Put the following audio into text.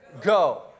go